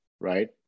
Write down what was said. right